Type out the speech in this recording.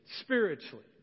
spiritually